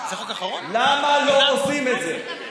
למה לא עושים את זה?